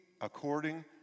according